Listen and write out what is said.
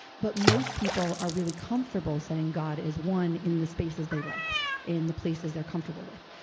but most people are really comfortable saying god is one in the spaces they like in the places they're comfortable with.